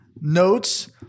notes